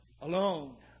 alone